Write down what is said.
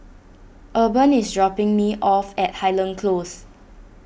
Urban is dropping me off at Highland Close